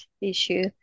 issue